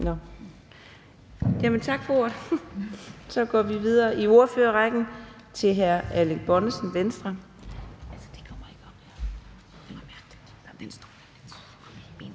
Tak til ordføreren. Så går vi videre i ordførerrækken til hr. Erling Bonnesen, Venstre.